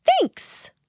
thanks